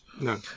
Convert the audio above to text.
No